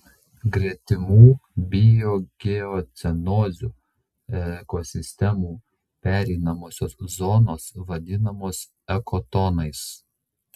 gretimų biogeocenozių ekosistemų pereinamosios zonos vadinamos ekotonais